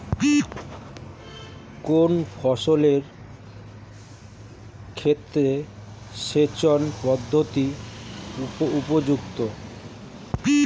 কোন ফসলের ক্ষেত্রে সেচন পদ্ধতি উপযুক্ত?